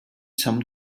some